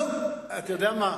נו, אתה יודע מה,